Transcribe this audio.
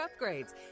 upgrades